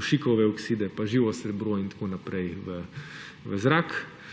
dušikove okside, živo srebro in tako naprej v zrak,